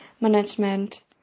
management